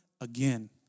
again